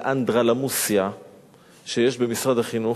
על אנדרלמוסיה שיש במשרד החינוך,